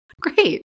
Great